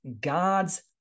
God's